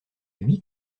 huit